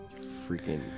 Freaking